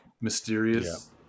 mysterious